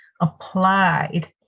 applied